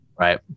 Right